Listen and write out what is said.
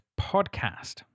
Podcast